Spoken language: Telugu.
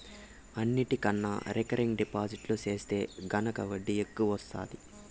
అన్నిటికన్నా రికరింగ్ డిపాజిట్టు సెత్తే గనక ఒడ్డీ ఎక్కవొస్తాది